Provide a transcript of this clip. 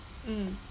mm